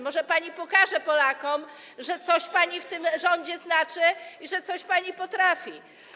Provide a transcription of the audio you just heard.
Może pani pokaże Polakom, że coś pani w tym rządzie znaczy i że coś pani potrafi.